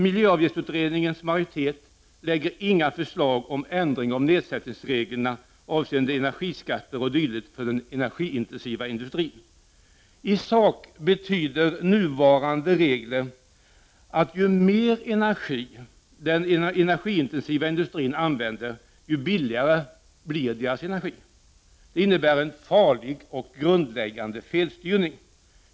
Miljöavgiftsutredningens majoritet framlägger inte några förslag om ändringar av nedsättningsreglerna avseende energiskatter o.d. för den energiintensiva industrin. I sak betyder nuvarande regler att ju mer energi den energiintensiva industrin använder desto billigare blir dess energi. Det innebär en farlig och grundläggande felstyrning.